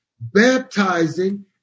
baptizing